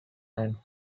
and